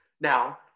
Now